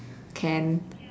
can